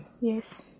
Yes